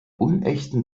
unechten